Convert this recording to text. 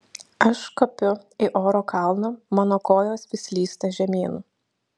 aš kopiu į oro kalną mano kojos vis slysta žemyn